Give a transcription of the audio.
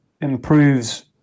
improves